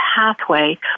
pathway